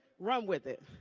run with it.